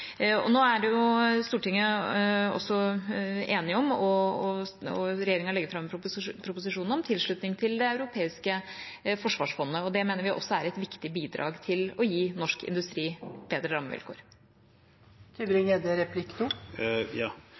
Nå er jo Stortinget også enige om – og regjeringa legger fram en proposisjon om – tilslutning til Det europeiske forsvarsfondet. Det mener vi også er et viktig bidrag til å gi norsk industri bedre